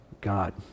God